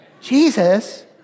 Jesus